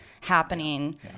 happening